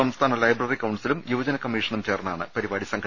സംസ്ഥാന ലൈബ്രറി കൌൺസിലും യുവജന കമ്മീഷനും ചേർന്നാണ് പരിപാടി സംഘടിപ്പിച്ചത്